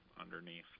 underneath